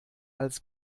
als